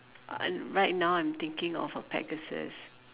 uh right now I'm thinking of a Pegasus